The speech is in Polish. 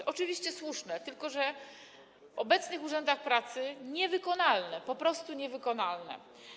To oczywiście słuszne, tylko że w obecnych urzędach pracy niewykonalne, po prostu niewykonalne.